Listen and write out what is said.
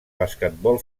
basquetbol